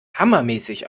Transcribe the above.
hammermäßig